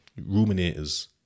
ruminators